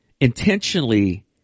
intentionally